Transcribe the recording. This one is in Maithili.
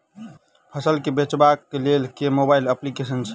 फसल केँ बेचबाक केँ लेल केँ मोबाइल अप्लिकेशन छैय?